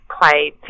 play